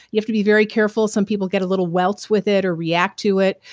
you have to be very careful. some people get a little welts with it or react to it.